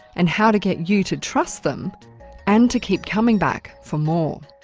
and how to get you to trust them and to keep coming back for more.